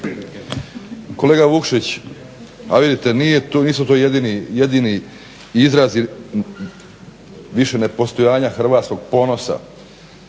Kolega Vukšić, vidite nisu to jedini izrazi više nepostojanja hrvatskog ponosa